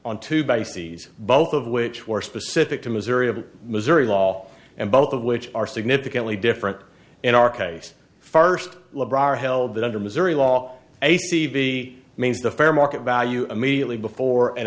on two bases both of which were specific to missouri of missouri law and both of which are significantly different in our case first held that under missouri law acb means the fair market value immediately before and